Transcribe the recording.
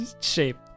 shape